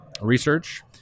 research